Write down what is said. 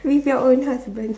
with your own husband